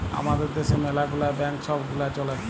আমাদের দ্যাশে ম্যালা গুলা ব্যাংক ছব গুলা চ্যলে